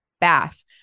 bath